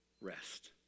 rest